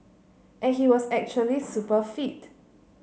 and he was actually super fit